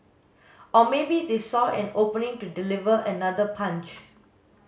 or maybe they saw an opening to deliver another punch